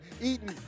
eating